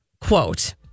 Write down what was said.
Quote